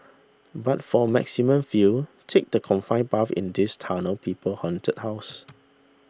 but for maximum feels take the confined path in this Tunnel People Haunted House